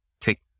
Take